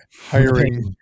hiring